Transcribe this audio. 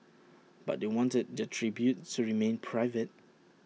but they wanted their tributes to remain private